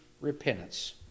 repentance